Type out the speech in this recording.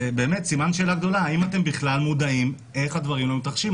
זה באמת סימן שאלה גדול האם אתם בכלל מודעים איך הדברים מתרחשים.